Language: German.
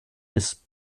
des